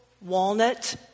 walnut